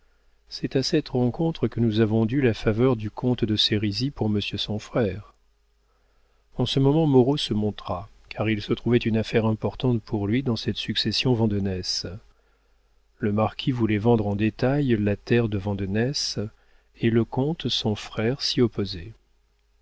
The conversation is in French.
c'est à cette rencontre que nous avons dû la faveur du comte de sérisy pour monsieur son frère en ce moment moreau se montra car il se trouvait une affaire importante pour lui dans cette succession vandenesse le marquis voulait vendre en détail la terre de vandenesse et le comte son frère s'y opposait